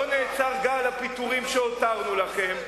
לא נעצר גל הפיטורים שהותרנו לכם,